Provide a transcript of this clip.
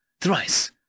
thrice